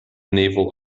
naval